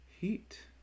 heat